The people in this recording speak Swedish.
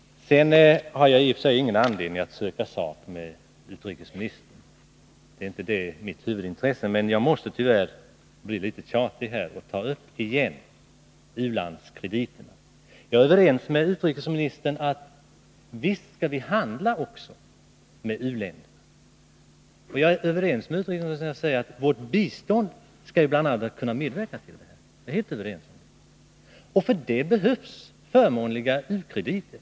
Jag har i och för sig ingen anledning att söka sak med utrikesministern. Det ärinte mitt huvudintresse. Men jag måste tyvärr bli litet tjatig och igen ta upp u-landskrediterna. Jag är överens med utrikesministern om att vi visst skall handla med u-länderna. Jag är också överens med honom om att vårt bistånd skall kunna medverka till det. För det behövs förmånliga u-krediter.